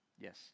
Yes